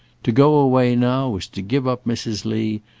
to go away now was to give up mrs. lee,